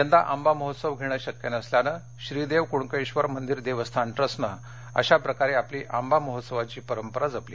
यंदा आंबा महोत्सव घेणं शक्य नसल्यानं श्री देव कुणकेश्वर मंदिर देवस्थान ट्रस्टनं अशा प्रकारे आपली आंबा महोत्सवाची परंपरा जपली